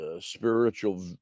spiritual